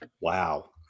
Wow